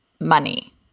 money